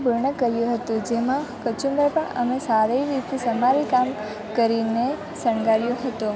પૂર્ણ કર્યું હતું જેમાં કચુંબર પણ અમે સારી રીતે સમારી કામ કરીને શણગાર્યું હતું